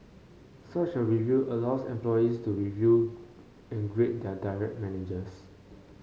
such a review allows employees to review and grade their direct managers